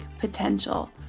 potential